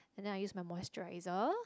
then I use my moisturiser